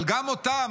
אבל גם אותם